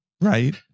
right